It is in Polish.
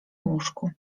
łóżku